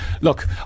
look